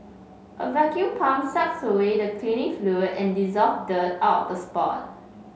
a vacuum pump sucks away the cleaning fluid and dissolved dirt out of the spot